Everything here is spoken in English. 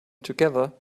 together